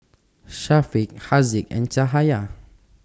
Syafiq Haziq and Cahaya